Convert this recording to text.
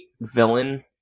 villain